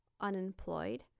unemployed